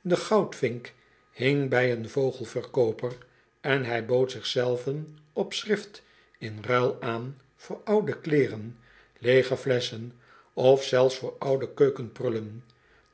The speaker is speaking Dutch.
de goudvink hing bij een vogelverkooper en hij bood zich zelven op schrift in ruil aan voor oude kleeren leegeflesschen of zelfs voor oude keukenprullen